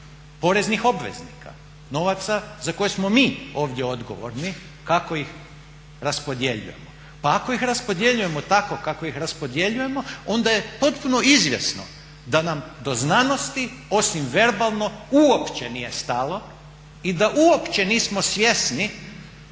poreznih obveznika, novaca za koje smo mi ovdje odgovorni kako ih raspodjeljujemo. Pa ako ih raspodjeljujemo tako kako ih raspodjeljujemo onda je potpuno izvjesno da nam do znanosti osim verbalno, uopćenije stalo i da uopće nismo svjesni